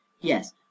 yes